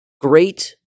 Great